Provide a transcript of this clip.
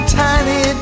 tiny